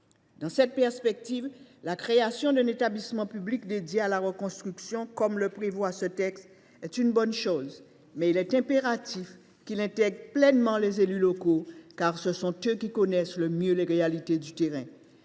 Dans cette perspective, la création d’un établissement public consacré à la reconstruction, comme il est prévu dans le présent texte, est une bonne chose, mais il devra intégrer pleinement les élus locaux, car ce sont eux qui connaissent le mieux les réalités du terrain.